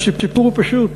והסיפור הוא פשוט: